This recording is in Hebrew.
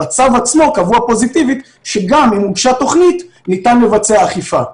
בצו עצמו קבוע פוזיטיבית שגם אם הוגשה תוכנית ניתן לבצע אכיפה.